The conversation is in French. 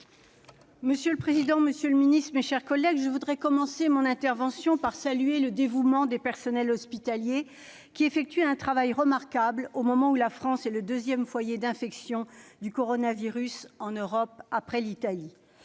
Monsieur le président, monsieur le ministre, mes chers collègues, je veux commencer mon intervention en saluant le dévouement des personnels hospitaliers qui effectuent un travail remarquable, au moment où la France est le deuxième foyer d'infection du coronavirus en Europe, derrière l'Italie.